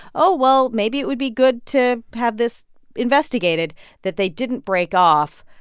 oh, well, maybe it would be good to have this investigated that they didn't break off,